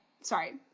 sorry